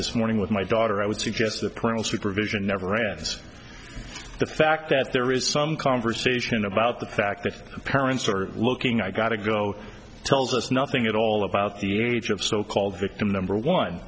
this morning with my daughter i would suggest that colonel supervision never rads the fact that there is some conversation about the fact that parents are looking i got to go tells us nothing at all about the age of so called victim number one